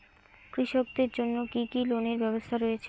কৃষকদের জন্য কি কি লোনের ব্যবস্থা রয়েছে?